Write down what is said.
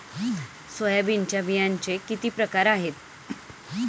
सोयाबीनच्या बियांचे किती प्रकार आहेत?